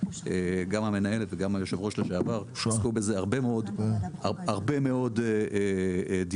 גם המנהלת וגם היושב-ראש לשעבר עסקו בזה הרבה מאוד דיונים,